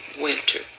winter